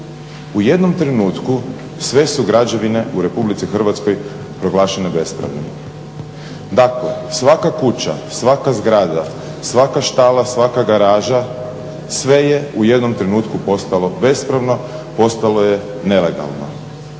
u jednom trenutku sve su građevine u RH proglašene bespravnim. Dakle svaka kuća, svaka zgrada, svaka štala, svaka garaža sve je u jednom trenutku postalo bespravno postalo je nelegalno.